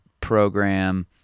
program